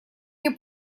мне